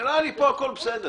נראה לי שהכול פה בסדר.